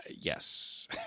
yes